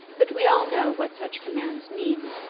but we all know what such commands mean.